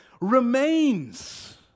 remains